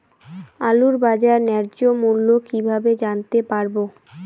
আলুর বাজার ন্যায্য মূল্য কিভাবে জানতে পারবো?